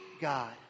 God